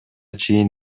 чейин